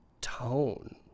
tone